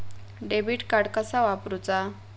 Debit card कसा वापरुचा?